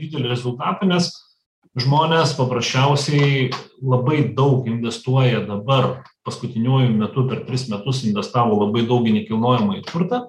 didelį rezultatą nes žmonės paprasčiausiai labai daug investuoja dabar paskutiniuoju metu per tris metus investavo labai daug į nekilnojamąjį turtą